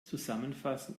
zusammenfassen